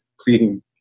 pleading